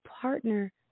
partner